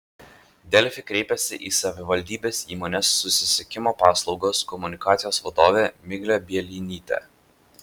delfi kreipėsi į savivaldybės įmonės susisiekimo paslaugos komunikacijos vadovę miglę bielinytę